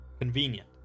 Convenient